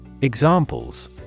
Examples